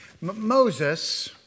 Moses